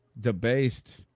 debased